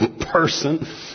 person